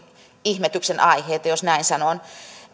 ihmetyksen aiheita jos näin sanon